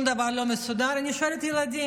אומר: